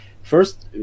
first